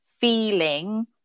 feeling